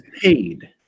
paid